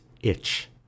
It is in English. itch